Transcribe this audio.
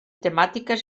temàtiques